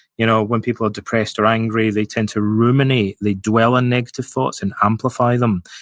you know when people are depressed or angry, they tend to ruminate, they dwell in negative thoughts and amplify them.